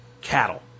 cattle